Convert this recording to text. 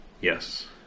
Yes